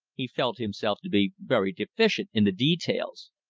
he felt himself to be very deficient in the details.